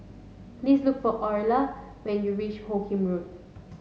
please look for Oralia when you reach Hoot Kiam Road